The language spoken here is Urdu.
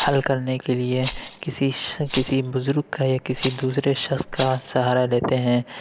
حل کرنے کے لیے کسی کسی بزرگ کا یا کسی دوسرے شخص کا سہارا لیتے ہیں